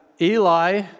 Eli